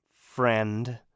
friend